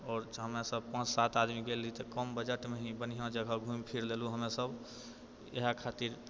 आओर हमरा सब पाँच सात आदमी गेल रही तऽ कम बजटमे हि बढ़िआँ जगह घुमि फिर लेलहुँ हमरा सब इएह खातिर